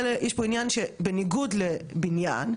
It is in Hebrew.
בסיעוד חלק מהכספים,